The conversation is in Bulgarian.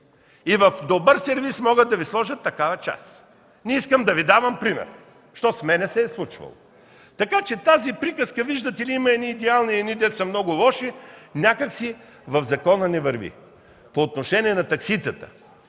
И в добър сервиз могат да Ви сложат такава част. Не искам да Ви казвам пример, защото с мен се е случвало. Така че тази приказка, че има едни идеални и едни дето са много лоши, някак си в закона не върви. По отношение на такситата.